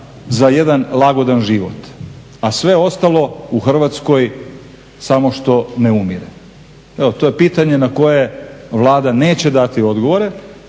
za jedan lagodan život, a sve ostalo u Hrvatskoj samo što ne umire. Evo, to je pitanje na koje Vlada neće dati odgovore